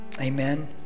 amen